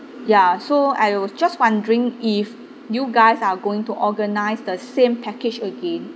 ya so I was just wondering if you guys are going to organise the same package again